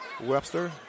Webster